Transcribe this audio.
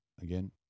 again